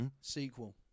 Sequel